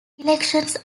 elections